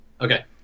Okay